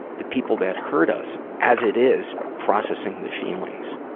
the people that hurt us, as it is processing the feelings